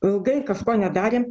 ilgai kažko nedarėm